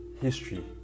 history